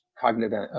Cognitive